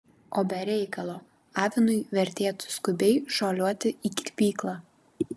o be reikalo avinui vertėtų skubiai šuoliuoti į kirpyklą